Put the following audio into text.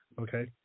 Okay